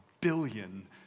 billion